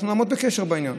ואנחנו נעמוד בקשר בעניין.